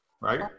right